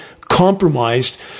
compromised